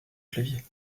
clavier